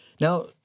Now